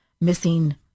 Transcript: missing